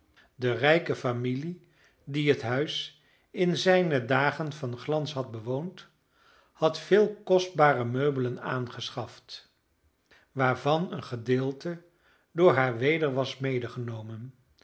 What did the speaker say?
de rijke familie die het huis in zijne dagen van glans had bewoond had vele kostbare meubelen aangeschaft waarvan een gedeelte door haar weder was